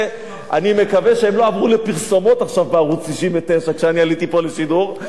אני מקווה שהם לא עברו לפרסומות עכשיו בערוץ-99 כשאני עליתי פה לשידור.